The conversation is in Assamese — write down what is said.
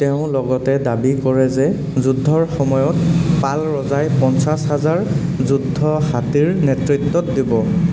তেওঁ লগতে দাবী কৰে যে যুদ্ধৰ সময়ত পাল ৰজাই পঞ্চাছ হাজাৰ যুদ্ধ হাতীৰ নেতৃত্ব দিব